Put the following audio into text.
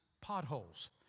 potholes